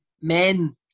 Men